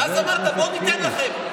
ואז אמרת: בואו ניתן לכם.